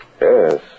Yes